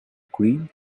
green